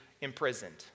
imprisoned